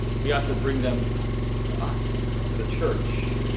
we have to bring them to us, to the church.